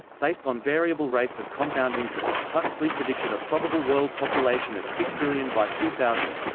based on variable rates of compound interest, huxley predicted a probable world population of six billion by two thousand.